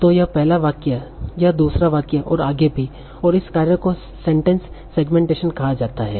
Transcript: तो यह पहला वाक्य यह दूसरा वाक्य और आगे भी और इस कार्य को सेंटेंस सेगमेंटेशन कहा जाता है